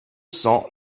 cents